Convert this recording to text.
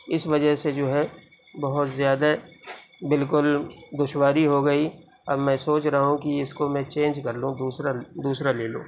اس وجہ سے جو ہے بہت زیادہ بالکل دشواری ہو گئی اب میں سوچ رہا ہوں کہ اس کو میں چینج کرلوں دوسرا دوسرا لے لوں